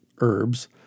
herbs